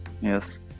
yes